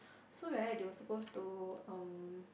so right they were supposed to um